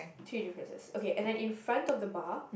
three differences okay and then in front of the bar